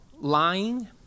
lying